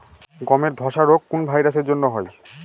গমের ধসা রোগ কোন ভাইরাস এর জন্য হয়?